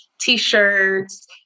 T-shirts